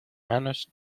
manos